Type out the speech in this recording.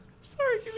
Sorry